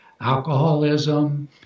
alcoholism